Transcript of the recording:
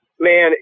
Man